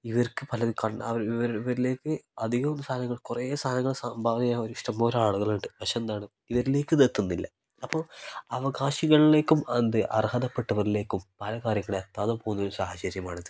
ഇവർക്ക് പലത് കണ്ട് ഇവർ ഇവരിലേക്ക് അധികവും സാധനങ്ങൾ കുറേ സാധനങ്ങൾ സംഭാവന ചെയ്യാൻ ഇഷ്ടംപോലെ ആളുകളുണ്ട് പക്ഷെ എന്താണ് ഇവരിലേക്ക് ഇതെത്തുന്നില്ല അപ്പോൾ അവകാശികളിലേക്കും അതെന്ത് അർഹതപ്പെട്ടവരിലേക്കും പല കാര്യങ്ങളും എത്താതെ പോകുന്ന ഒരു സാഹചര്യമാണിത്